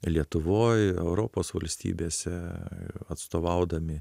lietuvoj europos valstybėse atstovaudami